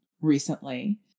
recently